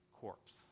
corpse